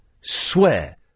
swear